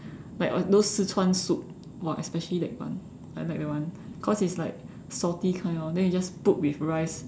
like on those Sichuan soup !wah! especially that one I like that one cause it's like salty kind [one] then you just put with rice